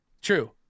True